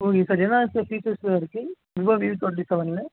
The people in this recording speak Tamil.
ஓகே சார் என்னென்ன சார் ஃபியூச்சர்ஸுலாம் இருக்குது விவோ வி டுவெண்ட்டி செவன்ல